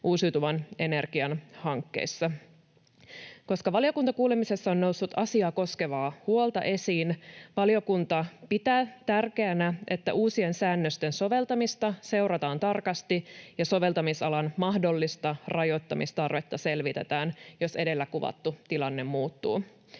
uusiutuvan energian hankkeissa. Koska valiokuntakuulemisessa on noussut asiaa koskevaa huolta esiin, valiokunta pitää tärkeänä, että uusien säännösten soveltamista seurataan tarkasti ja soveltamisalan mahdollista rajoittamistarvetta selvitetään, jos edellä kuvattu tilanne muuttuu.